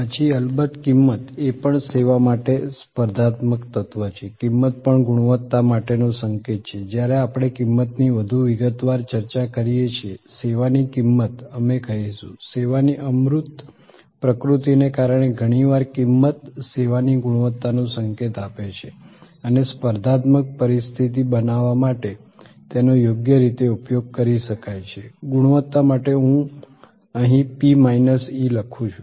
પછી અલબત્ત કિંમત એ પણ સેવા માટે સ્પર્ધાત્મક તત્વ છે કિંમત પણ ગુણવત્તા માટેનો સંકેત છે જ્યારે આપણે કિંમતની વધુ વિગતવાર ચર્ચા કરીએ છીએ સેવાની કિંમત અમે કહીશું સેવાની અમૂર્ત પ્રકૃતિને કારણે ઘણીવાર કિંમત સેવાની ગુણવત્તાનો સંકેત આપે છે અને સ્પર્ધાત્મક પરિસ્થિતિ બનાવવા માટે તેનો યોગ્ય રીતે ઉપયોગ કરી શકાય છે ગુણવત્તા માટે હું અહીં P માઈનસ E લખું છું